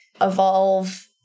evolve